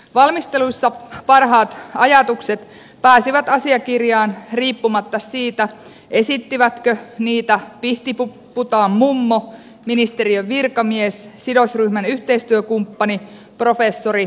valmisteluissa parhaat ajatukset pääsivät asiakirjaan riippumatta siitä esittikö niitä pihtipuhtaan mummo ministeriön virkamies sidosryhmän yhteistyökumppani professori vai kansanedustaja